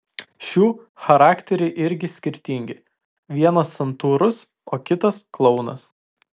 šių charakteriai irgi skirtingi vienas santūrus o kitas klounas